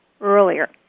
earlier